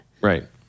Right